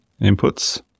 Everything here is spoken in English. inputs